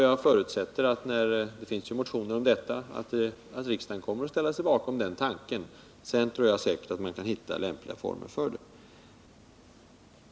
Jag förutsätter — det finns ju motioner om detta — att riksdagen kommer att ställa sig bakom den tanken, och jag tror säkert att man sedan hittar lämpliga former för detta.